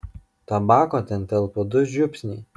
tabako ten telpa du žiupsniai